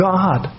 God